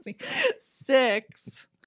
Six